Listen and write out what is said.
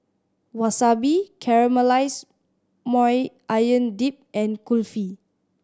Wasabi Caramelized Maui Onion Dip and Kulfi